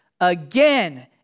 again